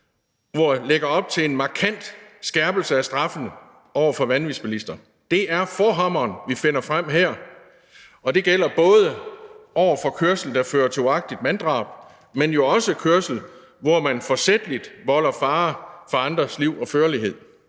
lægger op til en markant skærpelse af straffene over for vanvidsbilister. Det er forhammeren, vi finder frem her, og det gælder både over for kørsel, der fører til uagtsomt manddrab, men jo også kørsel, hvor man forsætligt volder fare for andres liv og førlighed